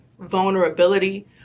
vulnerability